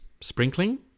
sprinkling